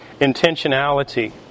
intentionality